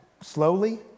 slowly